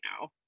now